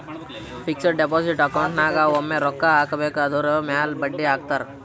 fixed deposit account ನಾಗ್ ಒಮ್ಮೆ ರೊಕ್ಕಾ ಹಾಕಬೇಕ್ ಅದುರ್ ಮ್ಯಾಲ ಬಡ್ಡಿ ಹಾಕ್ತಾರ್